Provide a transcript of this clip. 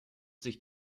sich